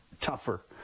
tougher